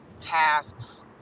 tasks